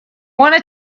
wanna